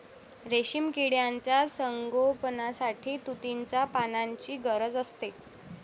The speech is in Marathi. रेशीम किड्यांच्या संगोपनासाठी तुतीच्या पानांची गरज असते